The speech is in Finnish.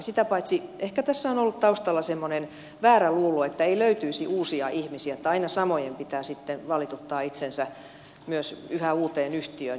sitä paitsi ehkä tässä on ollut taustalla semmoinen väärä luulo että ei löytyisi uusia ihmisiä että aina samojen pitää sitten valituttaa itsensä myös yhä uuteen yhtiöön